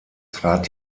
trat